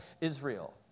Israel